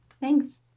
thanks